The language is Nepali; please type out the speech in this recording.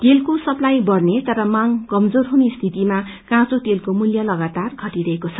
तेलको सप्लाई बढ़ने तर मांग कमजोर हुने स्थितिमा काँचो तेलको मूल्य लगातार घटिरहेको छ